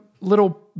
little